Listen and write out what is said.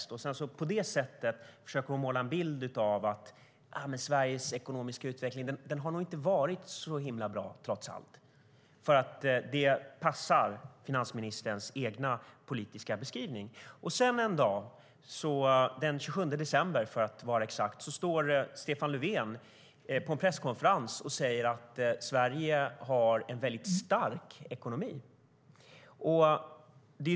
Finansministern försöker på det sättet måla upp en bild av att Sveriges ekonomiska utveckling nog inte har varit så bra, trots allt, därför att det passar hennes egen politiska beskrivning. Sedan stod Stefan Löfven på en presskonferens en dag, den 27 december för att vara exakt, och sa att Sverige har en väldigt stark ekonomi.